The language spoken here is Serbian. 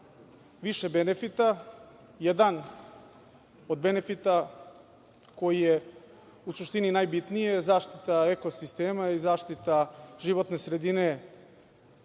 više benefita. Jedan od benefita koji je u suštini najbitniji je zaštita eko sistema i zaštita životne sredine